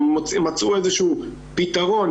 הם מצאו איזשהו פתרון,